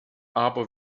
aber